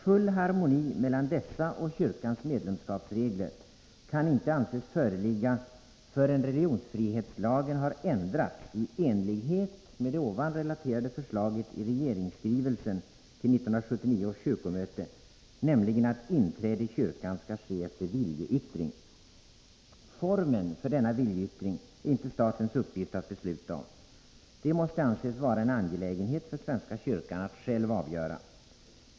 Full harmoni mellan dessa och kyrkans medlemskapsregler kan inte anses föreligga förrän religionsfrihetslagen ändrats i enlighet med det ovan relaterade förslaget i regeringsskrivelsen till 1979 års kyrkomöte, nämligen att ”inträde i kyrkan skall ske efter viljeyttring”. Formen för denna viljeyttring är inte statens uppgift att besluta om. Det får anses vara en angelägenhet för svenska kyrkan att själv avgöra.